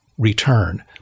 return